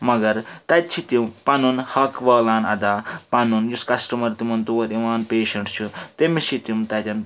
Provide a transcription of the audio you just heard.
مگر تَتہِ چھِ تِم پَنُن حق والان ادا پَنُن یُس کَسٹٕمَر تِمَن تور یِوان پیشَنٛٹ چھُ تٔمِس چھِ تِم تَتٮ۪ن